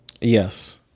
yes